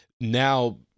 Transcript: Now